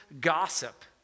gossip